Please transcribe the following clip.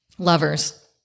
lovers